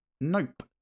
nope